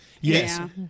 Yes